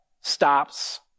stops